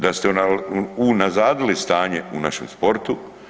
Da ste unazadili stanje u našem sportu.